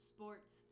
Sports